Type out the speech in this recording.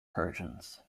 persians